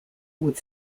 would